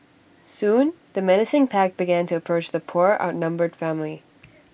soon the menacing pack began to approach the poor outnumbered family